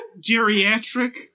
geriatric